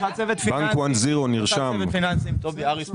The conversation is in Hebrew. טובי הריס,